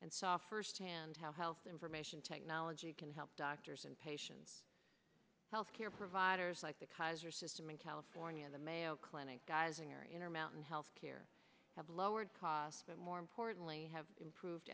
and saw firsthand how health information technology can help doctors and patients health care providers like the kaiser system in california the mayo clinic guys in your inner mountain health care have lowered costs but more importantly have improved